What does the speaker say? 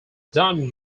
done